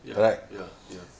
ya ya ya